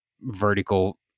vertical